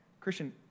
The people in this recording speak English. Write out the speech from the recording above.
Christian